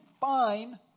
fine